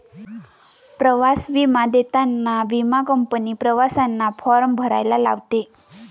प्रवास विमा देताना विमा कंपनी प्रवाशांना फॉर्म भरायला लावते